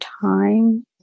time